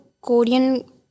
Korean